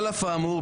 על אף האמור,